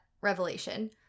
revelation –